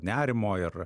nerimo ir